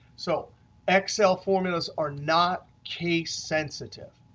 so excel formulas are not case sensitive.